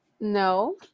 No